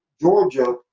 Georgia